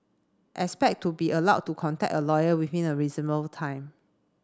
expect to be allowed to contact a lawyer within a reasonable time